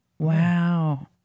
Wow